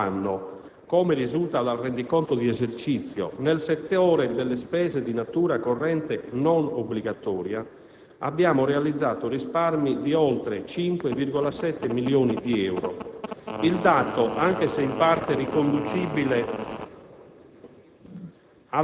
Lo scorso anno, come risulta dal rendiconto di esercizio, nel settore delle spese di natura corrente non obbligatoria abbiamo realizzato risparmi di oltre 5,7 milioni di euro. Il dato, anche se in parte riconducibile